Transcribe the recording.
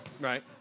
Right